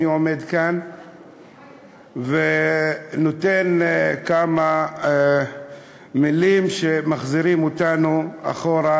שאני עומד כאן ואומר כמה מילים שמחזירות אותנו אחורה,